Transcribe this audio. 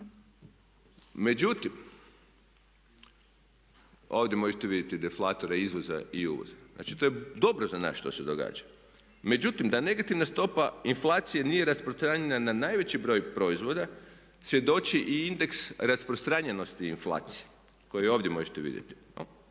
Međutim, ovdje možete vidjeti deflatore izvoza i uvoza. Znači, to je dobro za nas što se događa. Međutim, da negativna stopa inflacije nije rasprostranjena na najveći broj proizvoda svjedoči i indeks rasprostranjenosti inflacije koji ovdje možete vidjeti.